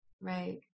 Right